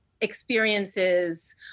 experiences